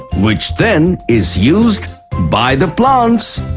which then is used by the plants!